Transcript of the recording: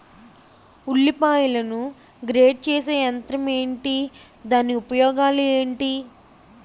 ఉల్లిపాయలను గ్రేడ్ చేసే యంత్రం ఏంటి? దాని ఉపయోగాలు ఏంటి?